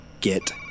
get